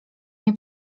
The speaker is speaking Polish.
nie